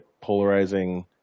polarizing